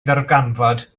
ddarganfod